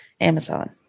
amazon